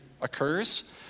occurs